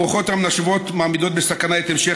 הרוחות המנשבות מעמידות בסכנה את המשך